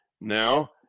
now